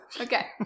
Okay